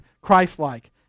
Christ-like